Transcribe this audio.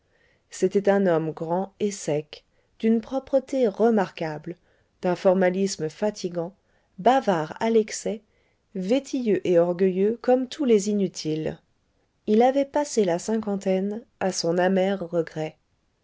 c'était un homme grand et sec d'une propreté remarquable d'un formalisme fatigant bavard à l'excès vétilleux et orgueilleux comme tous les inutiles il avait passé la cinquantaine à son amer regret